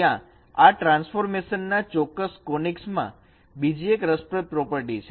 ત્યાં આ ટ્રાન્સફોર્મેશન ના ચોક્કસ કોનીકસ માં બીજી એક રસપ્રદ પ્રોપર્ટી છે